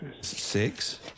Six